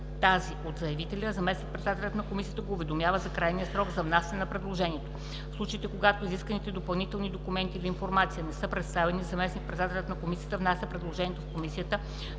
тези от заявителя, заместник председателят на комисията го уведомява за крайния срок за внасяне на предложението. В случаите, когато изисканите допълнителни документи или информация не са представени, заместник-председателят на комисията внася предложението в комисията